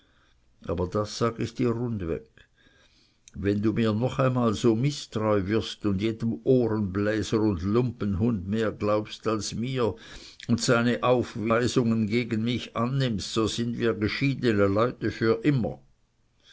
aber das sage ich dir rundweg wenn du mir noch einmal so mißtreu wirst und jedem ohrenbläser und lumpenhund mehr glaubst als mir und seine aufweisungen gegen mich annimmst so sind wir geschiedene leute für immerdar